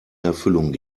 erfüllung